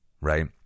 right